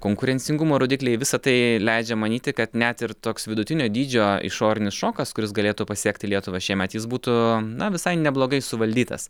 ne konkurencingumo rodikliai visa tai leidžia manyti kad net ir toks vidutinio dydžio išorinis šokas kuris galėtų pasiekti lietuvą šiemet jis būtų na visai neblogai suvaldytas